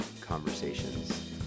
conversations